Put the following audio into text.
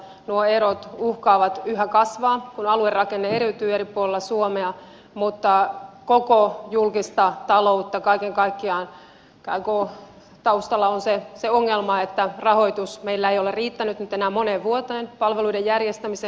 nuo erot uhkaavat yhä kasvaa kun aluerakenne eriytyy eri puolilla suomea mutta kaiken kaikkiaan koko julkisen talouden taustalla on se ongelma että rahoitus meillä ei ole riittänyt nyt enää moneen vuoteen palveluiden järjestämiseen